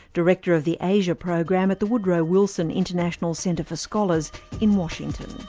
director of the asia program at the woodrow wilson international centre for scholars in washington.